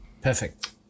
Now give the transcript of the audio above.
Perfect